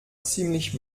ziemlich